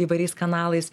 įvairiais kanalais